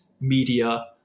media